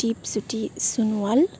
Dipjyoti Sonowal